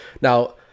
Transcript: Now